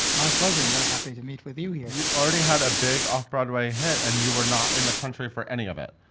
my pleasure, i'm very happy to meet with you here. you already had a big off broadway hit, and you were not in the country for any of it.